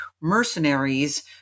mercenaries